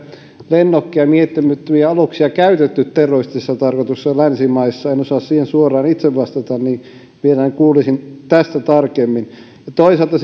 lennokkeja miehittämättömiä aluksia käytetty terroristisessa tarkoituksessa länsimaissa en osaa siihen suoraan itse vastata niin että mielelläni kuulisin tästä tarkemmin ja toisaalta